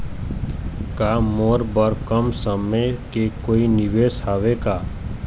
का मोर बर कम समय के कोई निवेश हावे का?